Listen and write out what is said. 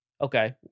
Okay